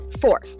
Four